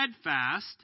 steadfast